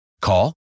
Call